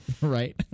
Right